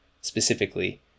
specifically